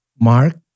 Mark